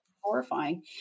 horrifying